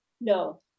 No